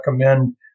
recommend